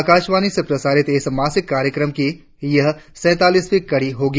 आकाशवाणी से प्रसारित इस मासिक कार्यक्रम की यह सेंतालीस वीं कड़ी होगी